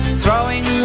throwing